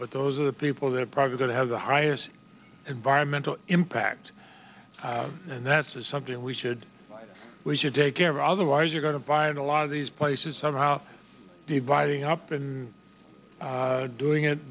but those are the people that are probably going to have the highest environmental impact and that's something we should we should take care of otherwise you're going to buy in a lot of these places somehow dividing up and doing it